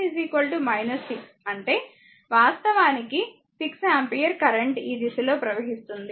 కాబట్టి i 1 6 అంటే వాస్తవానికి 6 ఆంపియర్ కరెంట్ ఈ దిశలో ప్రవహిస్తుంది